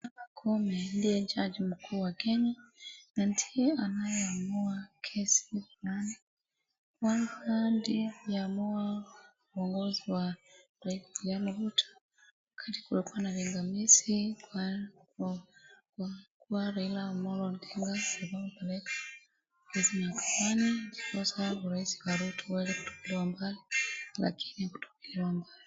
Martha Koome ndiye jaji mkuu wa Kenya na ndiye anayeamua kesi fulani. Martha ndiye aliamua uongozi wa Ruto. Katika kulikuwa na vipingamizi kwa kwa Raila Amolo Odinga ambaye alikuwa amepeleka kesi mahakamani kuhusu rais wa Ruto waliletoka mbali. Lakini hakutupiliwa.